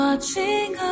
Watching